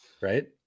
right